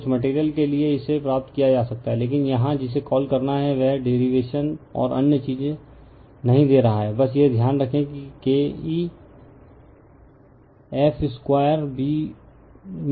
कुछ मटेरियल के लिए इसे प्राप्त किया जा सकता है लेकिन यहां जिसे कॉल करना है वह डेरिवेशन और अन्य चीज नहीं दे रहा है बस यह ध्यान रखें कि Ke f2Bmax2 Vwatt है